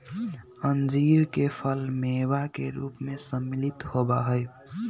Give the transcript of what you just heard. अंजीर के फल मेवा के रूप में सम्मिलित होबा हई